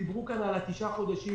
דיברו כאן על תשעה חודשים,